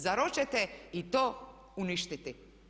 Zar hoćete i to uništiti?